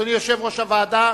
אדוני יושב-ראש הוועדה?